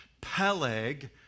Peleg